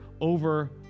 over